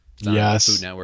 Yes